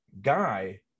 guy